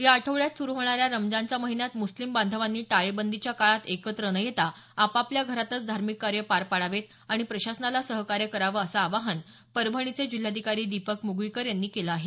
या आठवड्यात सुरु होणाऱ्या रमजानच्या महिन्यात मुस्लिम बाधवानी टाळेबंदीच्या काळात एकत्र न येता आपापल्या घरातच धार्मिक कार्य पार पाडावेत आणि प्रशासनाला सहकार्य करावं असं आवाहन परभणीचे जिल्हाधिकारी दीपक मुगळीकर यांनी केलं आहे